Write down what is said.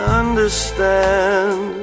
understand